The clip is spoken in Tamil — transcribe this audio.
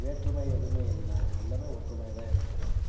வேற்றுமை எதுவுமே இல்லை எல்லாமே ஒற்றுமையாக தான் இருக்கிறோம்